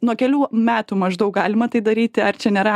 nuo kelių metų maždaug galima tai daryti ar čia nėra